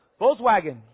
Volkswagen